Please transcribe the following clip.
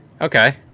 Okay